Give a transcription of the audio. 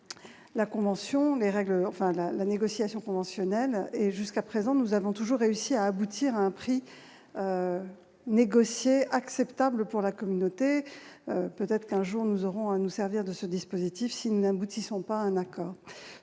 la négociation conventionnelle et, jusqu'à présent, nous avons toujours réussi à aboutir à un prix négocié, acceptable pour la communauté. Mais peut-être aurons-nous un jour à nous servir de ce dispositif si nous n'aboutissons pas à un accord.